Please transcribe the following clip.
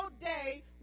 day